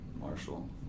Marshall